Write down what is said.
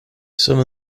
some